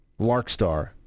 Larkstar